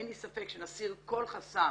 אין לי ספק שנסיר כל חסם